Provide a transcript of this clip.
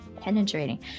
penetrating